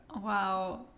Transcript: Wow